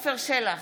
עפר שלח,